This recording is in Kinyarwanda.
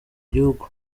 gihugu